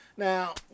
Now